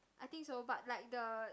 I think so but like the